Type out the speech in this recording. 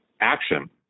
action